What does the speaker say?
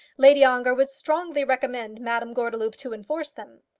lady ongar would strongly recommend madame gordeloup to enforce them.